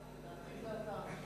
הדובר הבא,